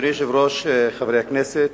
אדוני היושב-ראש, חברי הכנסת,